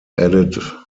added